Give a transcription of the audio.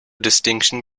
distinction